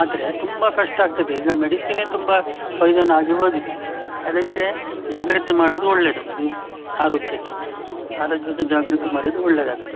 ಆದ್ರೆ ತುಂಬಾ ಕಷ್ಟ ಆಗ್ತದೆ ಈಗ ಮೆಡಿಸಿನೇ ತುಂಬಾ ಪಾಯಿಸನ್ ಆಗಿ ಹೋಗಿದೆ ಅದಕ್ಕೆ ಜಾಗ್ರತೆ ಮಾಡುದು ಒಳ್ಳೆದು ಆರೋಗ್ಯಕ್ಕೆ ಆರೋಗ್ಯದ ಜಾಗ್ರತೆ ಮಾಡಿದ್ರೆ ಒಳ್ಳೆದಾಗ್ತದೆ